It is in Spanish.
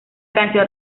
canción